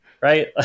right